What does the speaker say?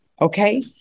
Okay